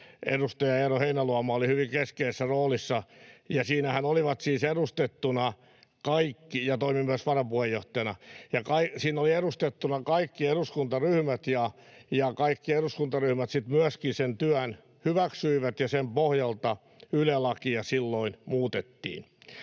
edustaja Eero Heinäluoma oli hyvin keskeisessä roolissa ja toimi myös varapuheenjohtajana. Siinähän olivat siis edustettuina kaikki eduskuntaryhmät, ja kaikki eduskuntaryhmät sitten myöskin sen työn hyväksyivät, ja sen pohjalta Yle-lakia silloin muutettiin.